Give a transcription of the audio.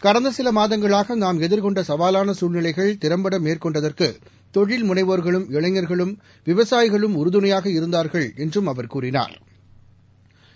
கடந்த சில மாதங்களாக நாம் எதிர்கொண்ட கவாலான சூழ்நிலைகள் திறம்பட மேற்கொண்டதற்கு தொழில் முனைவோர்களும் இளைஞர்களும் விவசாயிகளும் உறுதுணையாக இருந்தார்கள் என்றும் அவர் கூறினாள்